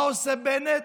מה עושה בנט?